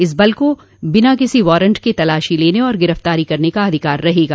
इस बल को बिना किसी वारंट के तलाशी लेने और गिरफ्तारी करने का अधिकार रहेगा